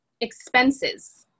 expenses